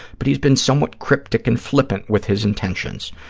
but he's been somewhat cryptic and flippant with his intentions.